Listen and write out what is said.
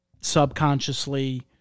subconsciously